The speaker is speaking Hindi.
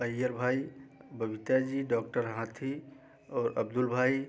अय्यर भाई बबीता जी डॉक्टर हाथी और अब्दुल भाई